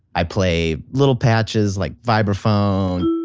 i play little patches like vibraphone,